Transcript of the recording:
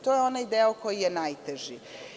To je onaj deo koji je najteži.